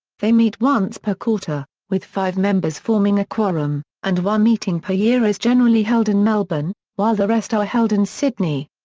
they meet once per quarter, with five members forming a quorum, and one meeting per year is generally held in melbourne, while the rest are held in sydney.